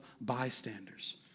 bystanders